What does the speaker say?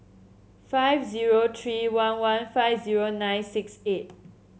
five zero three one one five zero nine six eight